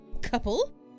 couple